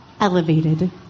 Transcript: elevated